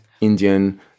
Indian